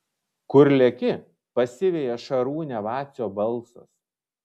kur leki pasiveja šarūnę vacio balsas